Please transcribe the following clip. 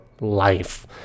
life